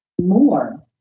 More